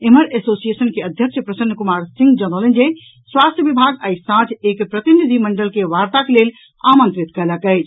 एम्हर एसोसिएशन के अध्यक्ष प्रसन कुमार सिंह जनौलनि जे स्वास्थ्य विभाग आइ सांझ एक प्रतिनिधि मंडल के वार्ताक लेल आमंत्रित कयलक अछि